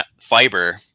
fiber